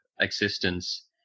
existence